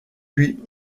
puis